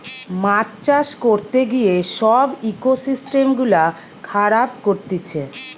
মাছ চাষ করতে গিয়ে সব ইকোসিস্টেম গুলা খারাব করতিছে